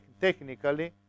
technically